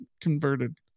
converted